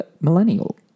millennial